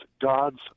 God's